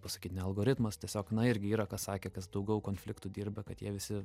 pasakyt ne algoritmas tiesiog na irgi yra kas sakė kas daugiau konfliktų dirbę kad jie visi